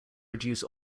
reduce